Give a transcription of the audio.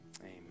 amen